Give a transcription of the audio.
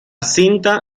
cinta